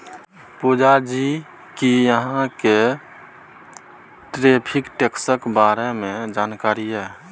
पुजा जी कि अहाँ केँ टैरिफ टैक्सक बारे मे जानकारी यै?